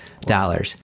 dollars